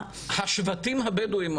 אבל השבטים הבדואים,